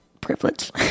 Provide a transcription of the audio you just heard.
privilege